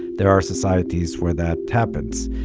there are societies where that happens.